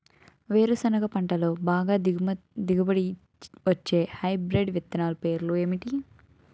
వేరుసెనగ పంటలో బాగా దిగుబడి వచ్చే హైబ్రిడ్ విత్తనాలు పేర్లు ఏంటి?